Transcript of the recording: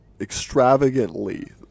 extravagantly